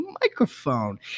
microphone